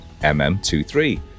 MM23